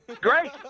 great